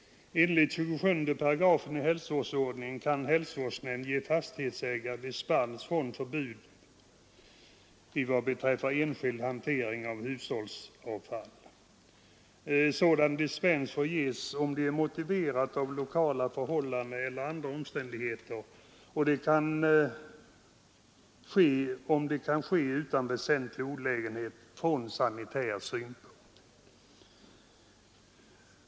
Enligt 27 § normalhälsovårdsordningen kan hälsovårdsnämnd ge fastighetsägare dispens från förbud vad beträffar enskild hantering av hushållsavfall. Sådan dispens får ges om det är motiverat av lokala förhållanden eller andra omständigheter, ifall det kan ske utan väsentlig olägenhet från sanitär synpunkt.